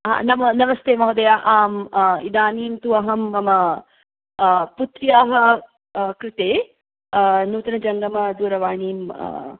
नमस्ते महोदय आम् इदानीं तु अहं मम पुत्र्याः कृते नूतनजङ्गमदूरवाणीम्